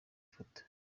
foto